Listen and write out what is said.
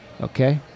Okay